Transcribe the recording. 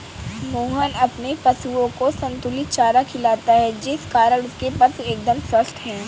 मोहन अपने पशुओं को संतुलित चारा खिलाता है जिस कारण उसके पशु एकदम स्वस्थ हैं